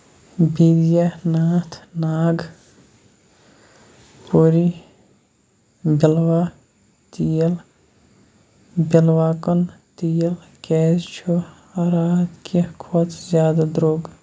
بیدیہ Nath Nagpuri بِلوا تیٖل بِلواکُن تیٖل کیٛازِ چھُ راتہٕ کہِ کھۄتہٕ زیادٕ درٛوگ